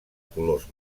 colors